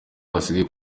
byagaragaye